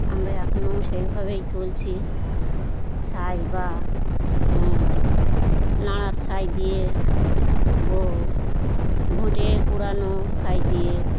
আমরা এখনও সেই ভাবেই চলছি ছাই বা নাড়ার ছাই দিয়ে ও ঘুঁটে কুড়ানোর ছাই দিয়ে